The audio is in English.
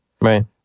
Right